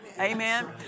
Amen